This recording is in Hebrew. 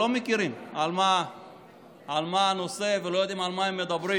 לא מכירים את הנושא ולא יודעים על מה הם מדברים,